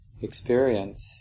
experience